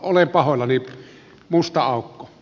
olen pahoillani musta aukko